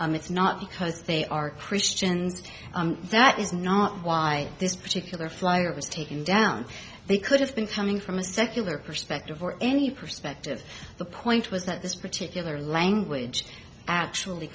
and it's not because they are christians that is not why this particular flyer was taken down they could have been coming from a secular perspective or any perspective the point was that this particular language actually